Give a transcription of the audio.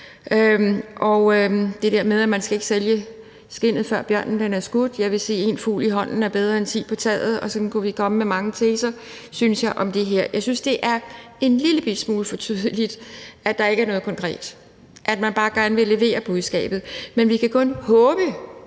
er der det der med, at man ikke skal sælge skindet, før bjørnen er skudt, men jeg vil sige, at en fugl i hånden er bedre end ti på taget, og sådan kunne vi komme med mange sentenser om det her. Jeg synes, det er en lillebitte smule for tydeligt, at der ikke er noget konkret, at man bare gerne vil levere budskabet. Men vi kan kun håbe,